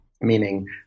meaning